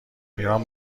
ایران